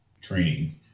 training